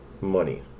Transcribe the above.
money